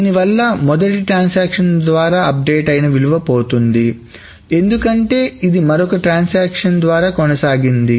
దీనివల్ల మొదటి ట్రాన్సాక్షన్ ద్వారా అప్డేట్ అయినా విలువ పోతుంది ఎందుకంటే ఇది మరొక ట్రాన్సాక్షన్ద్వారా కొనసాగింది